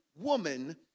woman